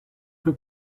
her